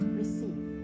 receive